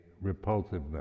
repulsiveness